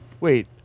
wait